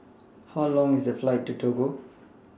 How Long IS The Flight to Togo